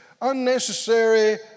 unnecessary